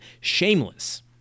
Shameless